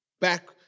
back